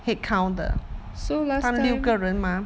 so last time